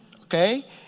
okay